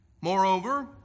moreover